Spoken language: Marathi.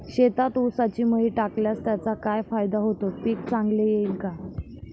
शेतात ऊसाची मळी टाकल्यास त्याचा काय फायदा होतो, पीक चांगले येईल का?